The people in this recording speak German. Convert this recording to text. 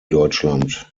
deutschland